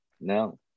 no